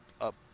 up